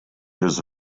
his